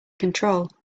control